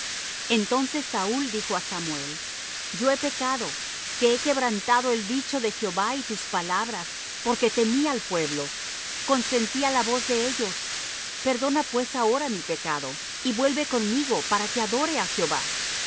entonces saúl dijo á samuel yo he pecado que he quebrantado el dicho de jehová y tus palabras porque temí al pueblo consentí á la voz de ellos perdona pues ahora mi pecado y vuelve conmigo para que adore á jehová